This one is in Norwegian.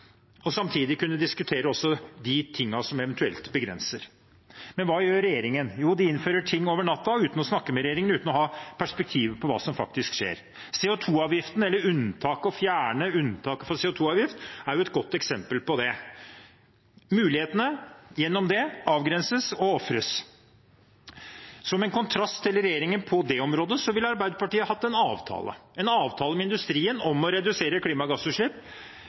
og at vi samtidig kan diskutere også de tingene som eventuelt begrenser. Men hva gjør regjeringen? Jo, de innfører ting over natten uten å ha perspektiv på hva som faktisk skjer. Å fjerne unntak for CO2-avgift er et godt eksempel på det. Mulighetene gjennom det avgrenses og ofres. Som en kontrast til regjeringen på det området ville Arbeiderpartiet hatt en avtale, en avtale med industrien om å redusere klimagassutslipp